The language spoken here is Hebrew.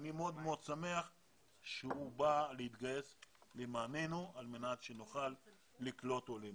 ואני מאוד מאוד שמח שהוא בא להתגייס למעננו על מנת שנוכל לקלוט עולים.